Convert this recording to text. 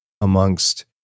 amongst